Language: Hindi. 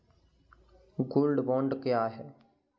गोल्ड बॉन्ड क्या है?